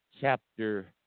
chapter